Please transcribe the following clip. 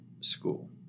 school